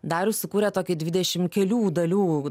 darius sukūrė tokį dvidešim kelių dalių